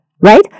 right